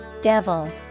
Devil